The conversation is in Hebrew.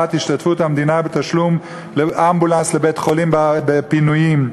השתתפות המדינה בתשלום לאמבולנס לבית-חולים בפינויים,